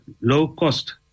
low-cost